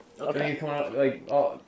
Okay